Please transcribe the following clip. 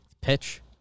Pitch